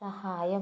സഹായം